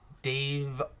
Dave